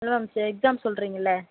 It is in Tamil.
இல்லை மேம் எக்ஸாம்ஸ் சொல்கிறீங்களா